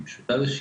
היא פשוטה לשימוש,